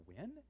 win